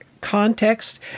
context